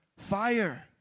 fire